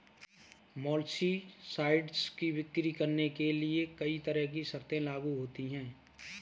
molluscicides की बिक्री करने के लिए कहीं तरह की शर्तें लागू होती है